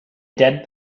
dead